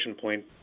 point